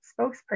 spokesperson